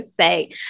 say